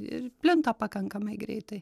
ir plinta pakankamai greitai